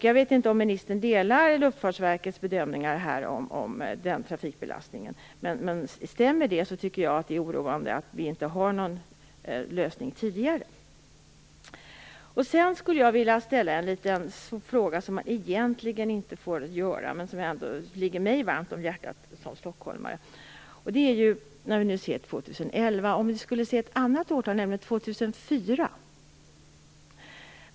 Jag vet inte om ministern delar Luftfartsverkets bedömningar om den trafikbelastningen. Men om detta stämmer tycker jag att det är oroande att vi inte har någon lösning tidigare. Sedan skulle jag vilja ställa en fråga som jag egentligen inte får ställa. Men den ligger mig, som stockholmare, varmt om hjärtat. Vi talar om år 2011, men vi skulle kunna tala om ett annat årtal: 2004.